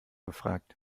gefragt